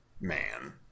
man